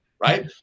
right